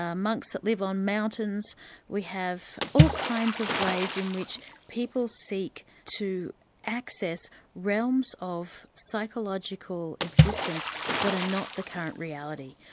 ah monks that live on mountains we have all kinds of ways in which people seek to access realms of psychological existence that are not the current reality.